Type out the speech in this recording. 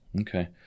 Okay